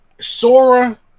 Sora